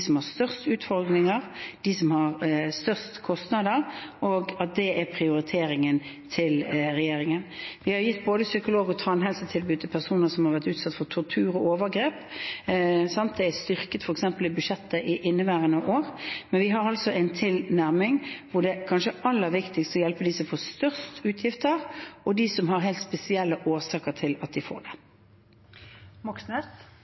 som har størst utfordringer, dem som har størst kostnader, så det er prioriteringen til regjeringen. Vi har gitt både psykolog- og tannhelsetilbud til personer som har vært utsatt for tortur og overgrep. Det er styrket f.eks. i budsjettet i inneværende år. Vi har altså en tilnærming hvor det kanskje er aller viktigst å hjelpe de som får størst utgifter, og de som har helt spesielle årsaker til at de får